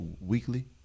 weekly